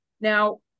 Now